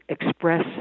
express